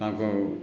ତାଙ୍କୁ